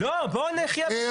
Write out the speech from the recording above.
לא, בוא נחיה בסרט.